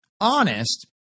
honest